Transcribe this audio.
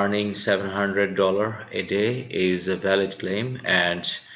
earning seven hundred dollars a day is a valid claim and